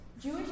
Jewish